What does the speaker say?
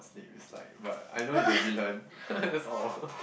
that is like but I know he's a villain that's all